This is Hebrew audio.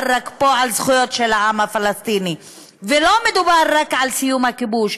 פה רק על זכויות של העם הפלסטיני ולא מדובר רק על סיום הכיבוש,